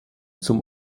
zum